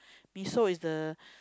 miso is the